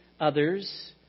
others